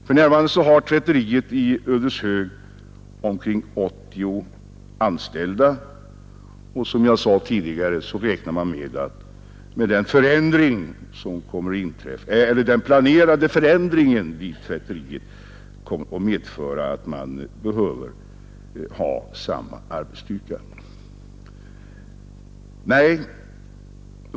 För närvarande har tvätteriet i Ödeshög omkring 80 anställda, och som jag sade räknar man med att efter den planerade förändringen vid tvätteriet behöva ha samma arbetsstyrka.